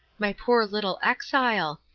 my poor little exile!